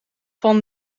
van